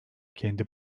kendi